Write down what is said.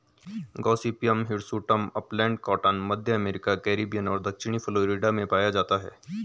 Gossypium hirsutum upland cotton, मध्य America, Caribbean और दक्षिणी फ्लोरिडा में पाया जाता है